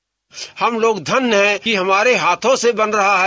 bite हम लोग धन्य है कि हमारे हाथों से बन रहा है